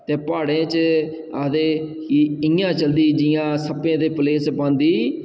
ते प्हाड़े च आखदे इ'यां चलदी जि'यां सप्पें दे पलेस पांदी